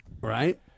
Right